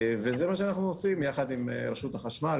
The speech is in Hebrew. וזה מה שאנחנו עושים יחד עם רשות החשמל,